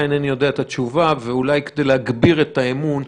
ואינני יודע את התשובה ואולי כדי להגביר את האמון,